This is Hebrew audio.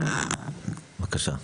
בבקשה.